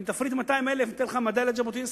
אם תפריט 200,000 ניתן לך מדליית ז'בוטינסקי.